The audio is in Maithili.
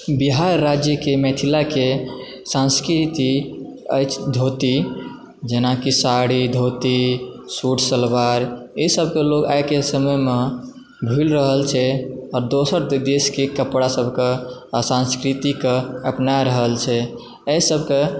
बिहार राज्यके मिथिलाके सांस्कृति अछि धोती जेनाकि साड़ी धोती सूटसलवार ईसभकऽ लोक आइके समयमे भुलि रहल छै दोसर देशके कपड़ासभकऽ आ सांस्कृतिकऽ अपना रहल छै एहिसभकऽ